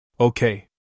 okay